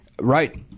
right